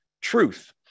truth